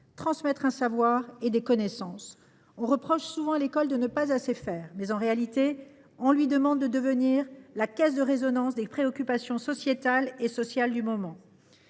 transmettre un savoir et des connaissances. On reproche souvent à l’école de ne pas en faire assez, mais, en réalité, on lui demande de devenir la caisse de résonance des préoccupations sociétales et sociales du moment.